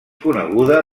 coneguda